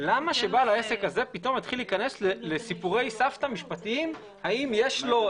למה שבעל העסק הזה פתאום יתחיל להיכנס לסיפורי סבתא משפטיים האם יש לו,